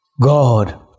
God